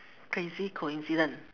crazy coincidence